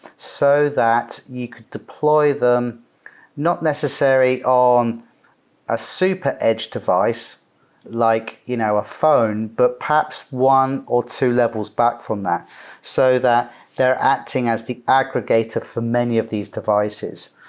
so that he could deploy them not necessary on a super edge device like you know a phone, but perhaps one or two levels back from that so that they're acting as the aggregator for many of these devices.